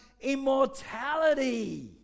immortality